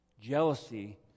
jealousy